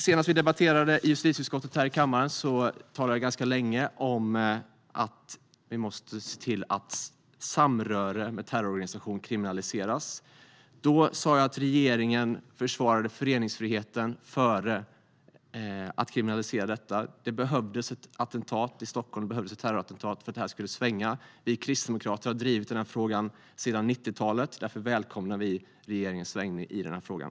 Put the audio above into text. Senast vi i justitieutskottet debatterade här i kammaren talade vi ganska länge om att vi måste se till att samröre med terrororganisationer kriminaliseras. Då sa jag att regeringen värnade om föreningsfriheten före en kriminalisering av detta. Det behövdes ett terrorattentat i Stockholm för att de skulle svänga. Vi kristdemokrater har drivit denna fråga sedan 90-talet. Därför välkomnar vi regeringens svängning i frågan.